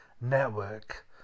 network